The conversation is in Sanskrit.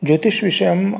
ज्योतिषविषयं